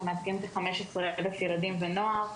אנחנו מייצגים כ-15,000 ילדים ונוער.